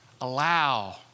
Allow